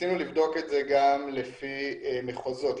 ניסינו לבדוק את זה גם לפי מחוזות,